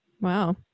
Wow